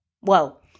whoa